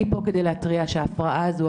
אני פה כדי להתריע שההפרעה הזו,